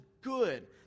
good